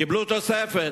קיבלו תוספת,